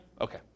Okay